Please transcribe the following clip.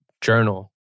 journal